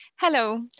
Hello